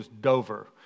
Dover